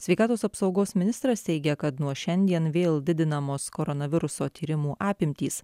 sveikatos apsaugos ministras teigia kad nuo šiandien vėl didinamos koronaviruso tyrimų apimtys